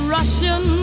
Russian